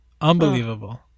Unbelievable